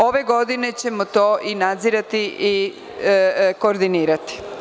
Ove godine ćemo to i nadzirati i koordinirati.